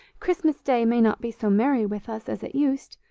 christmas day may not be so merry with us as it used,